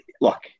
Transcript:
Look